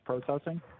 processing